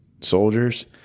soldiers